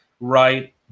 right